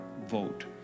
vote